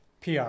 PR